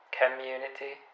community